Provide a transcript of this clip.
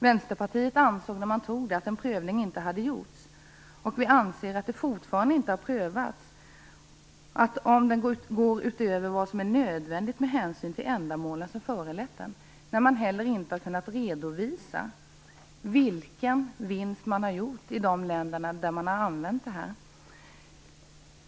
Vänsterpartiet ansåg när man antog detta att en prövning inte hade gjorts, och vi anser att det fortfarande inte har prövats om upptagningen går utöver vad som är nödvändigt med hänsyn till ändamålen som föranlett den eftersom man inte har kunnat redovisa vilken vinst man har gjort i de länder där man har använt detta.